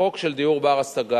החוק של דיור בר-השגה,